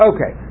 Okay